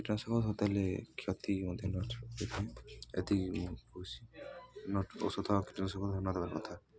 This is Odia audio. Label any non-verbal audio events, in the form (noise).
କୀଟନାଶକ ଔଷଧ ଦେଲେ କ୍ଷତି ମଧ୍ୟ ନ (unintelligible) ଖୁସି (unintelligible) ଔଷଧ କୀଟନାଶକ ନ ଦେବେ କଥା